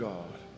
God